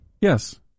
Yes